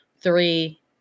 three